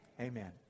Amen